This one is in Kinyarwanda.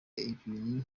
ibintu